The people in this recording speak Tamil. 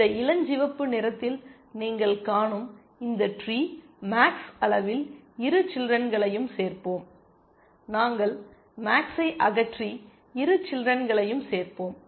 இந்த இளஞ்சிவப்பு நிறத்தில் நீங்கள் காணும் இந்த ட்ரீ மேக்ஸ் அளவில் இரு சில்றென்களையும் சேர்ப்போம் நாங்கள் மேக்சை அகற்றி இரு சில்றென்களையும் சேர்ப்போம்